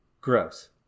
gross